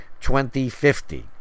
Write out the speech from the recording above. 2050